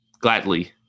gladly